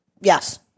Yes